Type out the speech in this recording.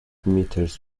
metres